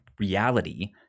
reality